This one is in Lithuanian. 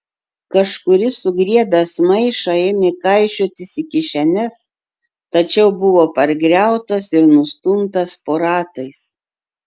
kažkuris sugriebęs maišą ėmė kaišiotis į kišenes tačiau buvo pargriautas ir nustumtas po ratais